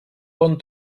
bon